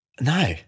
no